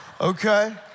okay